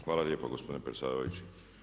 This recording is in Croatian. Hvala lijepo gospodine predsjedavajući.